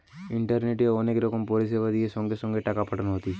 ইন্টারনেটে অনেক রকম পরিষেবা দিয়ে সঙ্গে সঙ্গে টাকা পাঠানো হতিছে